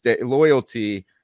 loyalty